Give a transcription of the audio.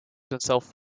himself